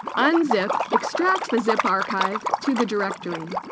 unzip extracts the zip archive to the directory